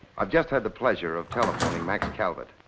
i've just had the pleasure of telephoning max calvert.